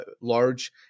large